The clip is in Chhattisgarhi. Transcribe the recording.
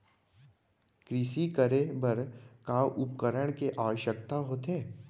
कृषि करे बर का का उपकरण के आवश्यकता होथे?